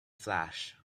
flash